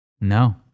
No